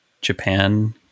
Japan